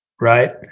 Right